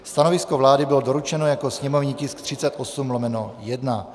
Stanovisko vlády bylo doručeno jako sněmovní tisk 38/1.